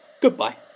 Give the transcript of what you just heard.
Goodbye